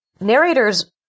narrators